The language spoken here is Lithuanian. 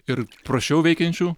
ir prasčiau veikiančių